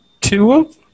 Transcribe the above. two